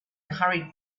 hurried